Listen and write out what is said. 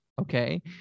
Okay